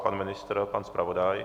Pan ministr, pan zpravodaj?